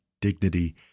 dignity